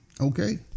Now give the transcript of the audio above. Okay